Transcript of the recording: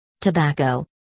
Tobacco